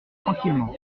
tranquillement